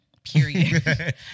Period